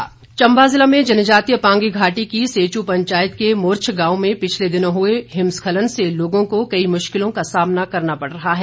मांग चम्बा जिला में जनजातीय पांगी घाटी की सेच् पंचायत के मुर्च्छ गांव में पिछले दिनों हुए हिमस्खलन से लोगों को कई मुश्किलों का सामना करना पड़ रहा है